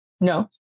no